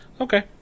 Okay